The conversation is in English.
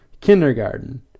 kindergarten